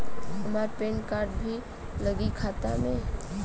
हमार PAN card भी लगी खाता में?